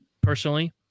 Personally